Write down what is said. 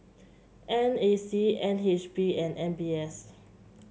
N A C N H B and M B S